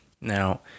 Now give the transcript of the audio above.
Now